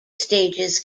stages